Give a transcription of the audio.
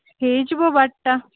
ହେଇଯିବ ବାରଟା